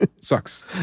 sucks